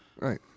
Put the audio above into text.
Right